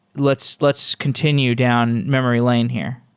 let's let's continue down memory lane here.